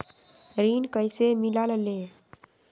ऋण कईसे मिलल ले?